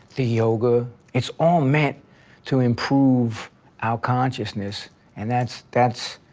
the yoga, it's all meant to improve our consciousness and that's that's